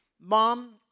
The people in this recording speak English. Mom